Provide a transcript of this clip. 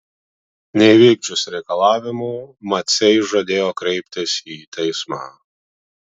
neįvykdžius reikalavimų maciai žadėjo kreiptis į teismą